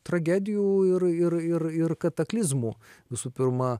tragedijų ir ir ir ir kataklizmų visų pirma